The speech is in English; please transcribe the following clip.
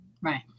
Right